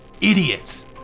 idiots